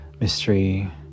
mystery